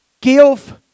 Give